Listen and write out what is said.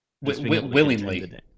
Willingly